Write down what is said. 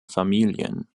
familien